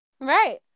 Right